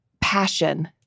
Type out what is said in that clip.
Passion